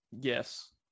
yes